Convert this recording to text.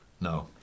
No